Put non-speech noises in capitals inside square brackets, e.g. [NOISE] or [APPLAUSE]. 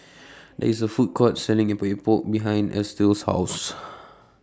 [NOISE] There IS A Food Court Selling Epok Epok behind Estill's House [NOISE]